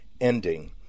ending